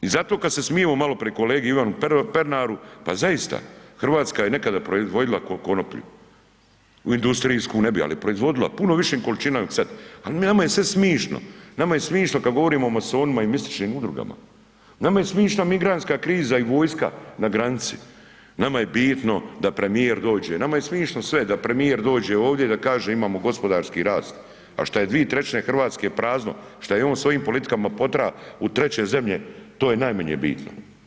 I zato kad se smijemo malo prije kolegi Ivanu Pernaru, pa zaista Hrvatska je nekada proizvodila konoplju, ... industrijsku ... ali je proizvodila u puno višim količinama nego sad, al' nama je sve smišno, nama je smišno kad govorimo o masonima i mističnim udrugama, nama je smišna migranstka kriza i vojska na granici, nama je bitno da premijer dođe, nama je smišno sve, da premijer dođe ovdje da kaže imamo gospodarski rast, a šta je 2/3 Hrvatske prazno, šta je on svojim politikama potra u treće zemlje, to je najmanje bitno.